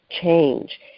change